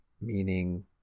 meaning